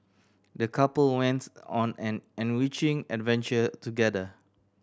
the couple wents on an enriching adventure together